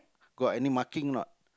got any marking not